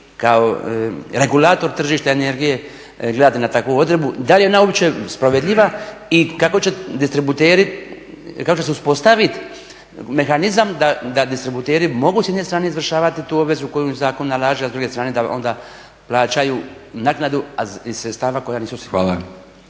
kao regulator tržišta energije gledate na takvu odredbu i da li je ona uopće sprovedljiva i kako će distributeri, kako će se uspostavit mehanizam da distributeri mogu s jedne strane izvršavati tu obvezu koju zakon nalaže, a s druge strane da onda plaćaju naknadu iz sredstava koja nisu sigurna.